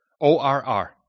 O-R-R